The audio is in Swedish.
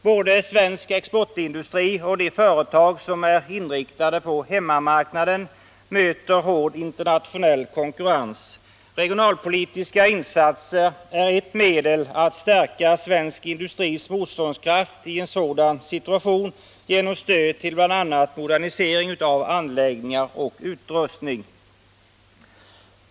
Både svensk exportindustri och de företag som är inriktade på hemmamarknaden möter hård internationell konkurrens. Regionalpolitiska insatser är ett medel att stärka svensk industris motståndskraft i en sådan situation genom stöd till bl.a. modernisering av anläggningar och utrustning.